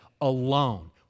alone